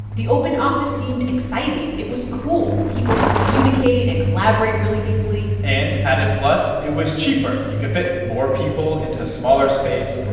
the open office seemed exciting. it was cool. people could communicate and collaborate really easily and, added plus it was cheaper. you could fit more people into a smaller space,